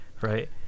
right